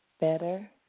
better